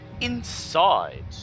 Inside